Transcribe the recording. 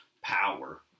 power